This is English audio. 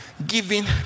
Giving